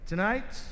Tonight